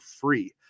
free